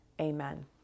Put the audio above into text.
Amen